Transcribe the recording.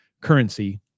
currency